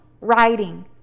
writing